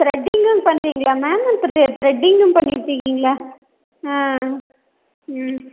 த்ரெட்டிங்கும் பண்ணுறிங்களா மேம் த்ரெ த்ரெட்டிங்கும் பண்ணிகிட்டு இருக்கீங்களா ஆ ம்